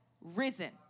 risen